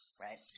right